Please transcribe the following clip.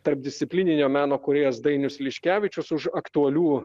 tarpdisciplininio meno kūrėjas dainius liškevičius už aktualių